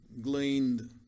gleaned